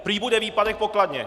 Prý bude výpadek v pokladně.